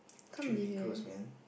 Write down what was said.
actual vehicles man